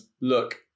look